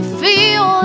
feel